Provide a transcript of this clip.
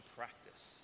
practice